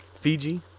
fiji